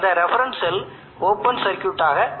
இது reference cell ஆகும்